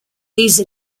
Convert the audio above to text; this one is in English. these